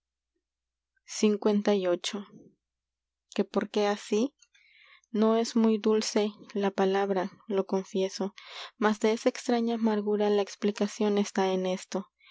j ue por qué así no esa es muy dulce vla mas de la palabra lo confieso extraña amargura explicación está en esto